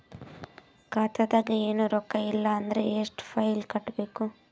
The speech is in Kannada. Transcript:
ಖಾತಾದಾಗ ಏನು ರೊಕ್ಕ ಇಲ್ಲ ಅಂದರ ಎಷ್ಟ ಫೈನ್ ಕಟ್ಟಬೇಕು?